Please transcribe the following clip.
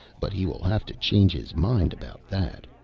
but he will have to change his mind about that.